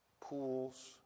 pools